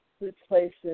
replaces